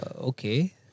Okay